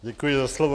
Děkuji za slovo.